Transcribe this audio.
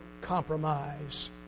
compromise